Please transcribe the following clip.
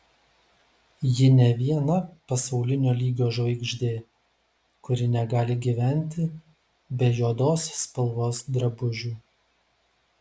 ji ne viena pasaulinio lygio žvaigždė kuri negali gyventi be juodos spalvos drabužių